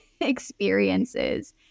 experiences